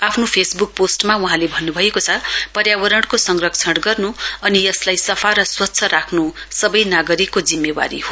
आफ्नो फेसब्क पोस्टमा वहाँले भन्न्भएको छ पर्यावरणको संरक्षण गर्न् अनि यसलाई सफा र स्वच्छ राख्न् सबै नागरिकको जिम्मूवारी हो